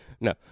No